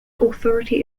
authority